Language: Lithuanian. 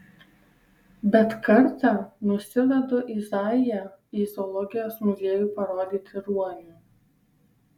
bet kartą nusivedu izaiją į zoologijos muziejų parodyti ruonių